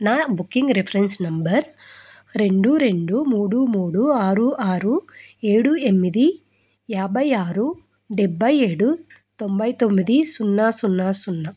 నా booking reference number రెండు రెండు మూడు మూడు ఆరు ఆరు ఏడు ఎనిమిది యాభై ఆరు డెబ్భై ఏడు తొంభై తొమ్మిది సున్నా సున్నా సున్నా